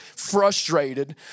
frustrated